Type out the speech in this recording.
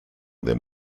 them